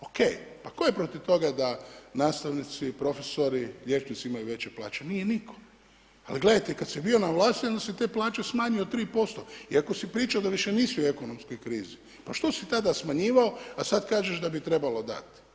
OK, pa tko je protiv toga nastavnici, profesori, liječnici imaju veće plaće, nije nitko, ali gledajte kad sam bio na vlasti onda sam te plaće smanjio 3% iako si pričao a više nisi u ekonomskoj krizi, pa što si tada smanjivao a sad kažeš da bi trebalo dati.